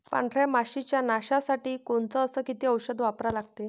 पांढऱ्या माशी च्या नाशा साठी कोनचं अस किती औषध वापरा लागते?